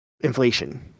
inflation